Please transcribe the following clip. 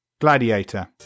Gladiator